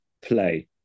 play